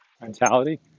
mentality